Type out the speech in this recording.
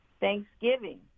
Thanksgiving